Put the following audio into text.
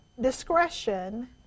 discretion